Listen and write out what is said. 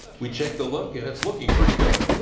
we checked the look and it's looking pretty good.